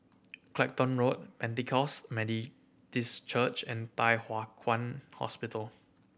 Clacton Road Pentecost Church and Thye Hua Kwan Hospital